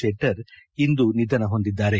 ಶೆಟ್ಟರ್ ಇಂದು ನಿಧನ ಹೊಂದಿದ್ದಾರೆ